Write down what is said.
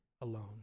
alone